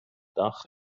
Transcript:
dach